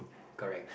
correct